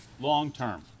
long-term